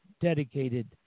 dedicated